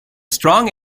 strong